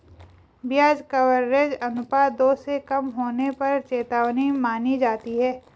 ब्याज कवरेज अनुपात दो से कम होने पर चेतावनी मानी जाती है